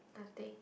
nothing